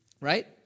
Right